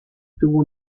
tuvo